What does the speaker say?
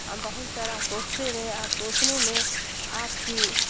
ہم بہت سارا پوستے رہے آپ پوسنے میں آپ کی